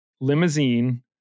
Limousine